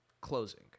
Closing